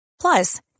Plus